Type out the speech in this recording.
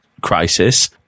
crisis